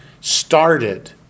started